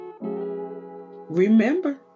Remember